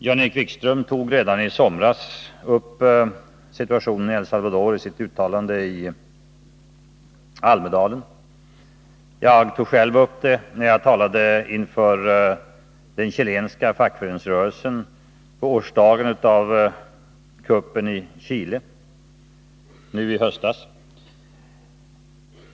Jan-Erik Wikström tog redan i somras upp situationen i El Salvador i ett uttalande i Almedalen. Jag tog själv upp det när jag talade inför den chilenska fackföreningsrörelsen på årsdagen av kuppen i Chile nu i höstas.